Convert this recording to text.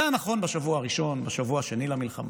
זה היה נכון בשבוע הראשון, בשבוע השני למלחמה,